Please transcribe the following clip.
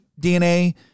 DNA